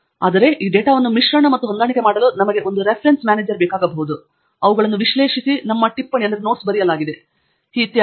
ಆದರೆ ಈ ಡೇಟಾವನ್ನು ಮಿಶ್ರಣ ಮತ್ತು ಹೊಂದಾಣಿಕೆ ಮಾಡಲು ನಮಗೆ ಒಂದು ರೆಫರೆನ್ಸ್ ಮ್ಯಾನೇಜರ್ ಬೇಕಾಗಬಹುದು ಅವುಗಳನ್ನು ವಿಶ್ಲೇಷಿಸಿ ನಮ್ಮ ಟಿಪ್ಪಣಿಗಳು ಬರೆಯಲಾಗಿದೆ ಇತ್ಯಾದಿ